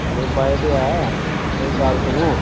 ਨਹੀਂ ਬਾਏ ਤਾਂ ਹੈ ਮੇਰੀ ਗੱਲ ਸੁਣੋ